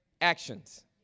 actions